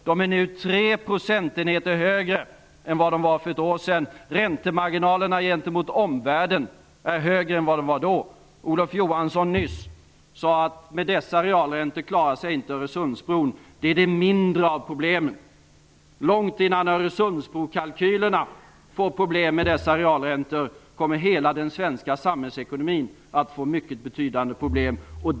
De är nu 3 procentenheter högre än vad de var för ett år sedan. Räntemarginalerna gentemot omvärlden är högre än vad de var då. Olof Johansson sade nyss att med dessa realräntor klarar sig inte Öresundsbron. Det är det mindre av problemen. Långt innan Öresundsbrokalkylerna får problem med dessa realräntor kommer hela den svenska samhällsekonomin att få mycket betydande problem.